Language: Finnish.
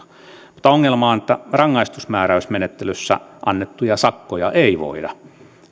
mutta ongelma on että rangaistusmääräysmenettelyssä annettuja sakkoja ei voida